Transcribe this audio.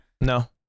No